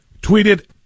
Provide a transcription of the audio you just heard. tweeted